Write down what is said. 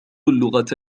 اللغة